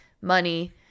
money